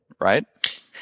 right